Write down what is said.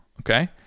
okay